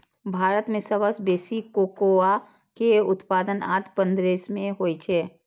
भारत मे सबसं बेसी कोकोआ के उत्पादन आंध्र प्रदेश मे होइ छै